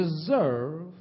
deserve